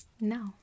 no